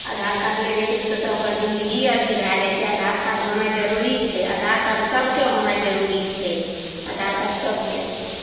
आधार कार्ड नहि रहै छै तऽ सोचय ओकर जिन्दगिए अथी भए जाइ छै आधार कार्ड होनाइ जरूरी छै आधार कार्ड सभकेँ होनाइ जरूरी छै आधार कार्ड सभके